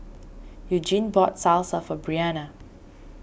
Eugene bought Salsa for Brianna